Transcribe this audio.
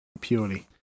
purely